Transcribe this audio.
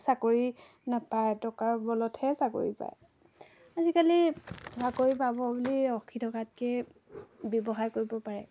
চাকৰি নাপায় টকাৰ বলতহে চাকৰি পায় আজিকালি চাকৰি পাব বুলি ৰখি থকাতকে ব্যৱসায় কৰিব পাৰে